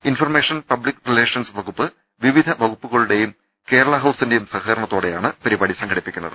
information public relations വകുപ്പ് വിവിധ വകുപ്പുകളുടെയും കേരള ഹൌസിന്റെയും സഹകരണത്തോ ടെയാണ് പരിപാടി സംഘടിപ്പിക്കുന്നത്